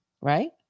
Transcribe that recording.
right